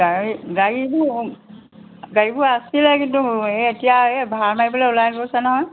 গাড়ী গাড়ীবোৰ গাড়ীবোৰ আছিলে কিন্তু এতিয়া এই ভাড়া মাৰিবলৈ ওলাই গৈছে নহয়